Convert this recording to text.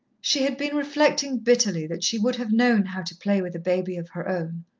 she had been reflecting bitterly that she would have known how to play with a baby of her own.